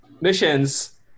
missions